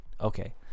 okay